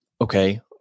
okay